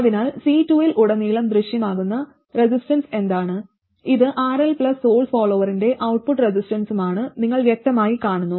അതിനാൽ C2 ൽ ഉടനീളം ദൃശ്യമാകുന്ന റെസിസ്റ്റൻസ് എന്താണ് ഇത് RL പ്ലസ് സോഴ്സ് ഫോളോവറിന്റെ ഔട്ട്പുട്ട് റെസിസ്റ്റൻസുമാണെന്ന് നിങ്ങൾ വ്യക്തമായി കാണുന്നു